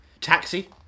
Taxi